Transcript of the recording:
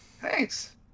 Thanks